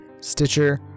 Stitcher